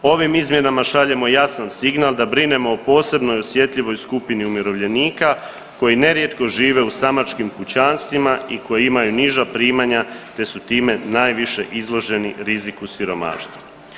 Ovim izmjenama šaljemo jasan signal da brinemo po posebno osjetljivoj skupini umirovljenika koji nerijetko žive u samačkim kućanstvima i koji imaju niža primanja te su time najviše izloženi riziku siromaštva.